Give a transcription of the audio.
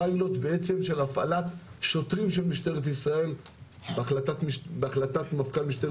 הפיילוט בעצם של הפעלת שוטרים של משטרת ישראל - בהחלטת מפכ"ל משטרת